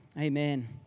Amen